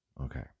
Okay